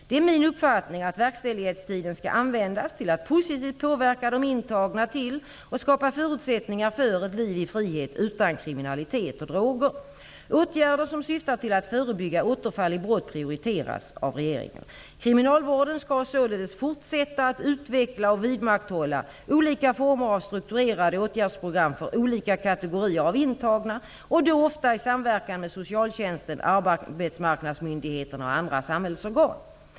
Det är min uppfattning att verkställighetstiden skall användas till att positivt påverka de intagna till och skapa förutsättningar för ett liv i frihet utan kriminalitet och droger. Åtgärder som syftar till att förebygga återfall i brott prioriteras av regeringen. Kriminalvården skall således fortsätta att utveckla och vidmakthålla olika former av strukturerade åtgärdsprogram för olika kategorier av intagna och då ofta i samverkan med socialtjänsten, arbetsmarknadsmyndigheterna och andra samhällsorgan.